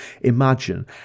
imagine